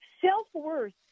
Self-worth